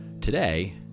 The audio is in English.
Today